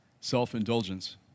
self-indulgence